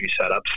setups